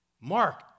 Mark